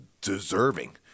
deserving